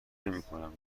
نمیکنم